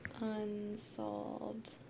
Unsolved